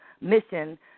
mission